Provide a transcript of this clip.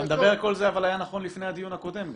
--- אבל כל זה היה נכון גם לפני הדיון הקודם.